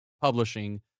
publishing